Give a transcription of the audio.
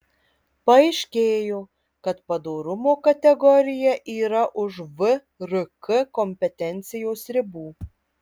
paaiškėjo kad padorumo kategorija yra už vrk kompetencijos ribų